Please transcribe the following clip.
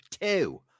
two